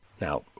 Now